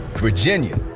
Virginia